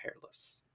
hairless